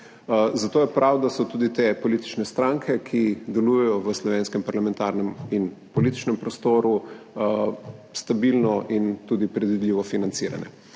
Zato je prav, da so tudi te politične stranke, ki delujejo v slovenskem parlamentarnem in političnem prostoru, stabilno in tudi predvidljivo financirane.